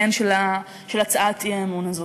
של הצעת האי-אמון הזאת.